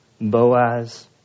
boaz